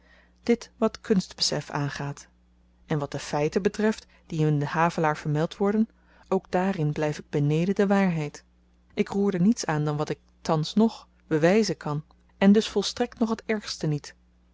dit wat kunstbesef aangaat en wat de feiten betreft die in den havelaar vermeld worden ook daarin blyf ik beneden de waarheid ik roerde niets aan dan wat ik thans nog bewyzen kan en dus volstrekt nog t ergste niet